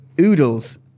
oodles